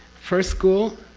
first school?